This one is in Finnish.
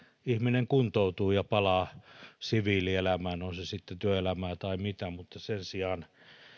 ihminen kuntoutuu ja palaa siviilielämään on se sitten työelämää tai mitä mutta sen sijaan